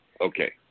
okay